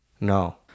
No